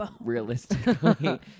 realistically